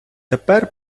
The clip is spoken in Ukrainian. тепер